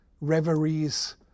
reveries